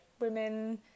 women